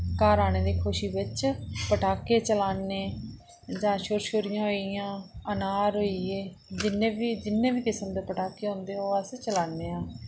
घर औने दी खुशी बिच पटाके चलाने जां शुरशुरियां होई गेइयां अनार होई गे जिन्ने बी जिन्ने बी किस्म दे पटाके होंदे ओ अस चलान्ने आं